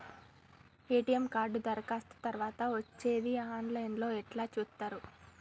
ATM card దరఖాస్తు తరువాత వచ్చేది ఆన్ లైన్ లో ఎట్ల చూత్తరు?